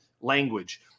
language